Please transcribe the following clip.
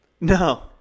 No